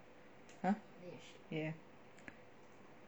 !huh! ya